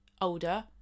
older